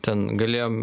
ten galėjom